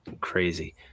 crazy